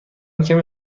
کمی